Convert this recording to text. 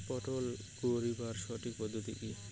পটল গারিবার সঠিক পদ্ধতি কি?